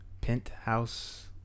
Penthouse